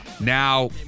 Now